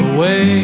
Away